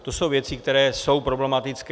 To jsou věci, které jsou problematické.